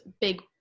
big